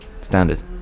Standard